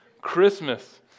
Christmas